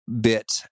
bit